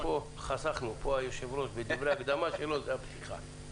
פה חסכנו, פה היו"ר בדברי ההקדמה שלו זה הפתיחה.